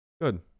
Good